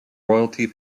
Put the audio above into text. royalty